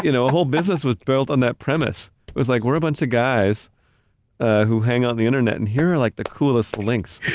you know a whole business was built on that premise. it was like, we're a bunch of guys who hang on the internet and here are like the coolest links.